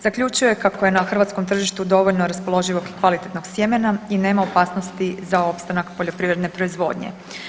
Zaključuje kako je na hrvatskom tržištu dovoljno raspoloživog i kvalitetnog sjemena i nema opasnosti za opstanak poljoprivredne proizvodnje.